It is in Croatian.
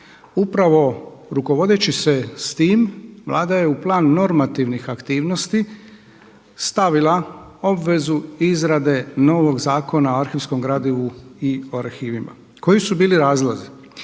Upravo rukovodeći se sa time Vlada je u plan normativnih aktivnosti stavila obvezu izrade novog Zakona o arhivskom gradivu i o arhivima. Koji su bili razlozi?